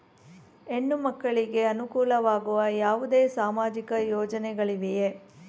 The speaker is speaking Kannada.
ಹೆಣ್ಣು ಮಕ್ಕಳಿಗೆ ಅನುಕೂಲವಾಗುವ ಯಾವುದೇ ಸಾಮಾಜಿಕ ಯೋಜನೆಗಳಿವೆಯೇ?